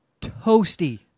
Toasty